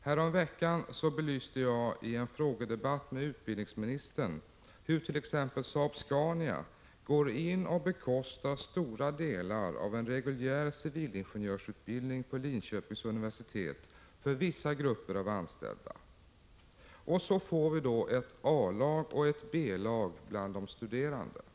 Häromveckan belyste jag i en frågedebatt med utbildningsministern hur t.ex. Saab-Scania går in och bekostar stora delar av en reguljär civilingenjörsutbildning på Linköpings universitet för vissa grupper av anställda. Så får vi då ett A och ett B-lag bland de studerande. Prot.